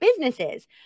businesses